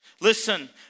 listen